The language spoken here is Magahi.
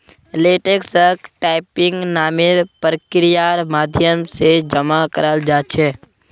लेटेक्सक टैपिंग नामेर प्रक्रियार माध्यम से जमा कराल जा छे